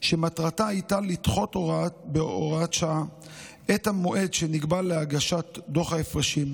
שמטרתה הייתה לדחות בהוראת שעה את המועד שנקבע להגשת דוח ההפרשים,